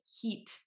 heat